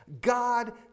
God